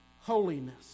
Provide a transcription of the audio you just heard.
holiness